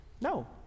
No